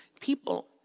people